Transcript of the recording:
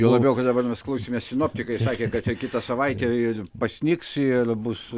juo labiau kad dabar mes klausėme sinoptikai sakė kad ir kitą savaitę ir pasnigs ir bus